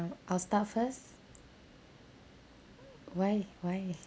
I'll I'll start first why why